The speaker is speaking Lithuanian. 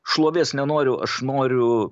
šlovės nenoriu aš noriu